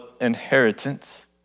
inheritance